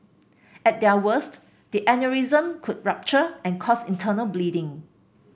at their worst the aneurysm could rupture and cause internal bleeding